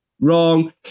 wrong